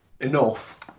enough